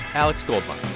alex goldmark.